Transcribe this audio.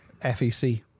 FEC